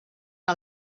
que